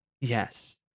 yes